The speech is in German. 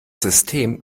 system